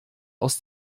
aus